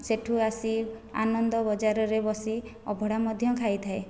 ସେଇଠୁ ଆସି ଆନନ୍ଦ ବଜାରରେ ବସି ଅଭଢ଼ା ମଧ୍ୟ ଖାଇଥାଏ